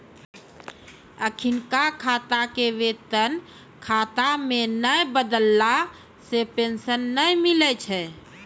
अखिनका खाता के वेतन खाता मे नै बदलला से पेंशन नै मिलै छै